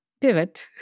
pivot